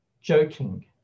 joking